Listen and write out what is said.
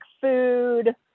food